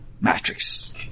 matrix